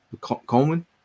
Coleman